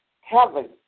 heaven